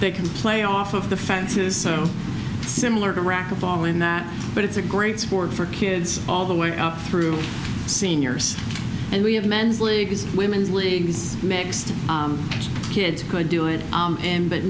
they can play off of the fences similar to racquetball in that but it's a great sport for kids all the way up through seniors and we have men's leagues women's leagues mixed kids could do it